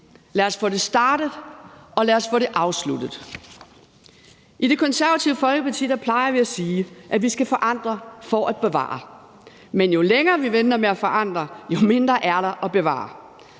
Lad os få det startet, og lad os få det afsluttet. I Det Konservative Folkeparti plejer vi at sige, at vi skal forandre for at bevare, men jo længere vi venter med at forandre, jo mindre er der at bevare.